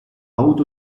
avuto